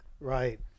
Right